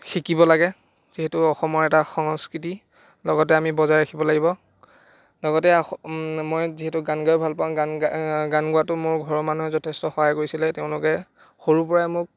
শিকিব লাগে যিহেতু অসমৰ এটা সংস্কৃতি লগতে আমি বজাই ৰাখিব লাগিব লগতে অস মই যিহেতু গান গায়ো ভাল পাওঁ গা গান গোৱাতো মোৰ ঘৰৰ মানুহে যথেষ্ট সহায় কৰিছিলে তেওঁলোকে সৰুৰ পৰাই মোক